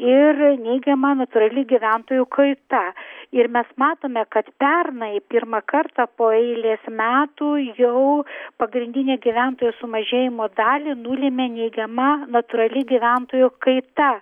ir neigiama natūrali gyventojų kaita ir mes matome kad pernai pirmą kartą po eilės metų jau pagrindinė gyventojų sumažėjimo dalį nulėmė neigiama natūrali gyventojų kaita